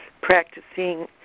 practicing